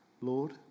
Lord